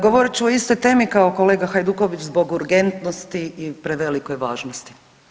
Govorit ću o istoj temi kao kolega Hajduković zbog urgentnosti i prevelikoj važnosti.